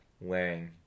wearing